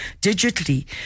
digitally